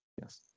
yes